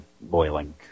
boiling